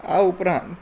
આ ઉપરાંત